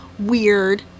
Weird